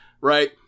right